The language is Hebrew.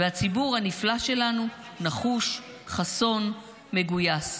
והציבור הנפלא שלנו נחוש, חסון, מגויס.